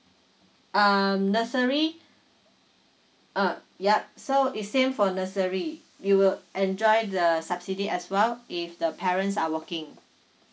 um nursery uh yup so is same for nursery you will enjoy the subsidy as well if the parents are working